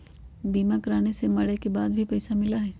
बीमा कराने से मरे के बाद भी पईसा मिलहई?